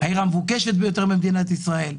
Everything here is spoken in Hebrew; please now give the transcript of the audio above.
העיר המבוקשת ביותר במדינת ישראל,